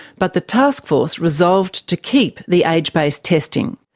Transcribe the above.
but the taskforce resolved to keep the age-based testing.